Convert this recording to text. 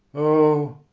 o,